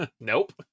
Nope